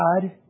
God